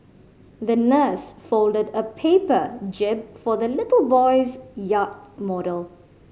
the nurse folded a paper jib for the little boy's yacht model